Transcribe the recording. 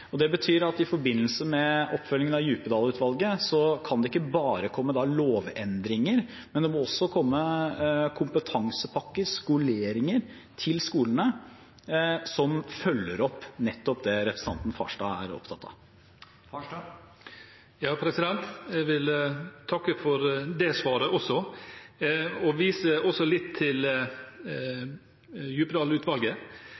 Det betyr at i forbindelse med oppfølgingen av Djupedal-utvalget, så kan det ikke bare komme lovendringer, men det må også komme kompetansepakker, skoleringer, til skolene, som følger opp nettopp det representanten Farstad er opptatt av. Jeg vil takke for det svaret også og vil også vise litt til